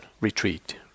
retreat